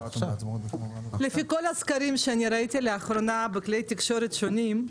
לפי כול הסקרים שראיתי לאחרונה בכלי תקשורת שונים,